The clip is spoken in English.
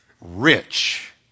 rich